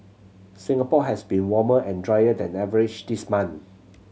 Singapore has been warmer and drier than average this month